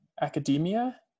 academia